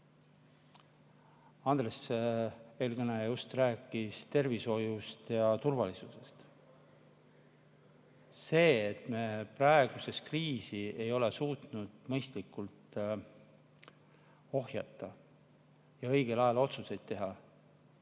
Andres, eelkõneleja, just rääkis tervishoiust ja turvalisusest. Me ei ole praegust kriisi suutnud mõistlikult ohjata ja õigel ajal otsuseid teha.